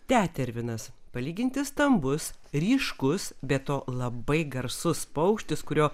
tetervinas palyginti stambus ryškus be to labai garsus paukštis kurio